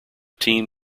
team